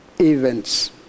Events